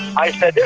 i said,